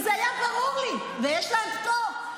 זה היה ברור לי, ויש להן פטור.